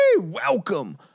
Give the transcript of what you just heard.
Welcome